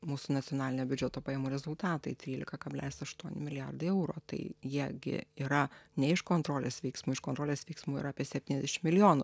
mūsų nacionalinio biudžeto pajamų rezultatai trylika kablelis aštuoni milijardai euro tai jie gi yra ne iš kontrolės veiksmų iš kontrolės veiksmų yra apie septyniasdešim milijonų